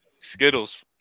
Skittles